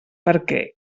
perquè